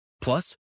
Plus